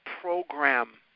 program